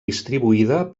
distribuïda